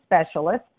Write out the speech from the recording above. specialist